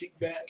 Kickback